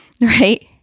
right